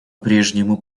прежнему